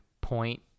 point